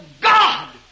God